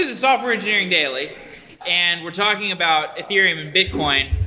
ah software engineering daily and we're talking about ethereum and bitcoin,